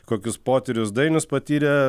kokius potyrius dainius patyrė